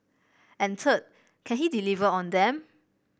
and third can he deliver on them